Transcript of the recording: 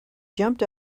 jumped